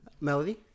Melody